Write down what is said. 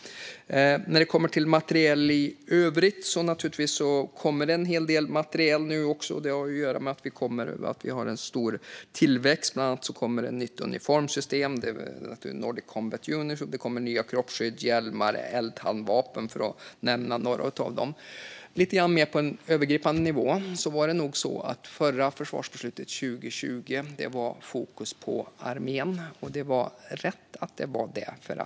När det gäller materiel i övrigt kommer det naturligtvis en hel del materiel nu också, och det har att göra med att vi har en stor tillväxt. Bland annat kommer ett nytt uniformssystem, Nordic Combat Uniform, och det kommer även nya kroppsskydd, hjälmar och eldhandvapen, för att nämna några av dem. På en mer övergripande nivå var det nog så att det förra försvarsbeslutet, 2020, hade fokus på armén. Det var rätt att det var så.